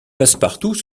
passepartout